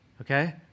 Okay